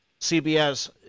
CBS